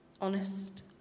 honest